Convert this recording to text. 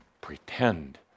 pretend